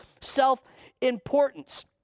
self-importance